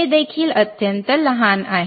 हे देखील अत्यंत लहान आहे